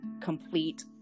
complete